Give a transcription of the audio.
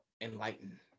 enlighten